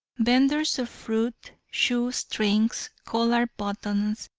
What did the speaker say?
venders of fruit, shoe-strings, collar-buttons,